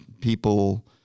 people